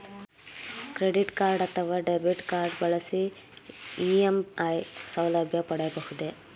Credit card ಅಥವಾ debit card ಬಳಸಿ EMI ಸೌಲಭ್ಯ ಪಡೆಯಬಹುದೇ?